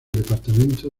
departamento